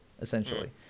essentially